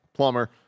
plumber